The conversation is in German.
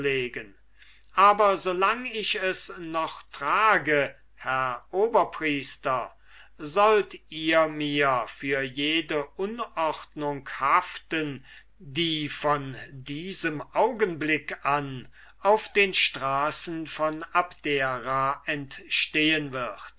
aber so lang ich es noch trage herr oberpriester sollt ihr mir für jede unordnung haften die von diesem augenblick an auf den straßen von abdera entstehen wird